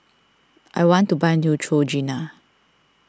I want to buy Neutrogena